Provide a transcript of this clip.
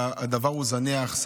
הדבר הוא זניח.